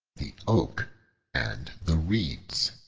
the oak and the reeds